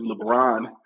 LeBron